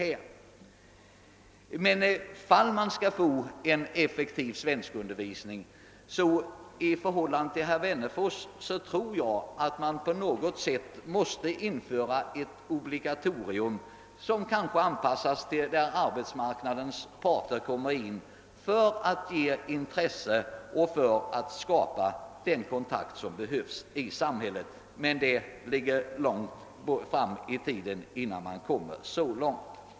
Om man emellertid skall få en effektiv svenskundervisning till stånd, tror jag att man på något sätt måste införa ett obligatorium, som kanske anpassas till arbetsmarknadens parter för att därmed skapa det intresse och den kontakt som behövs i samhället. Det dröjer dock länge innan vi kommer så långt.